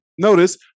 notice